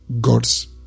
God's